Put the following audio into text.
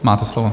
Máte slovo.